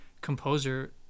composer